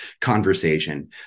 conversation